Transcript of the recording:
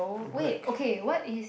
black